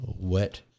wet